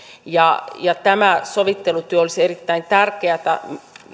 tämä sovittelutyö olisi erittäin tärkeätä